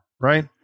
right